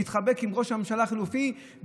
מתחבק עם ראש הממשלה החלופי,